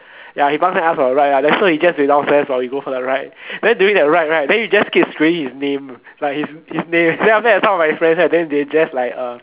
ya he pang seh us for the ride lah then so he just wait downstairs while we go for the ride right then during the ride right then we just keep screaming his name like his name then after that some of like his friends right they just like uh